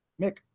Mick